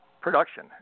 production